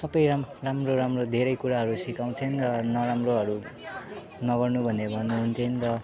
सबै राम्रो राम्रो धेरै कुरा सिकाउथे र नराम्रोहरू नगर्नु भनेर भन्नुहुन्थे र